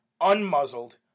unmuzzled